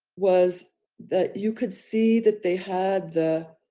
was that you could see that they had the